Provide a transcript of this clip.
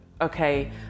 okay